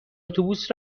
اتوبوس